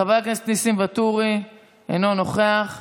חבר הכנסת ניסים ואטורי, אינו נוכח.